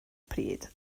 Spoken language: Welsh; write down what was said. pryd